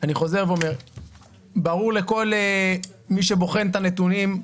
אני חוזר ואומר שברור לכל מי שבוחן את הנתונים,